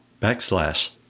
backslash